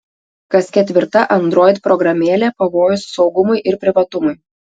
kas ketvirta android programėlė pavojus saugumui ir privatumui